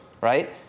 right